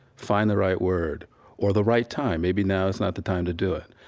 find the right word or the right time. maybe now is not the time to do it.